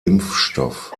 impfstoff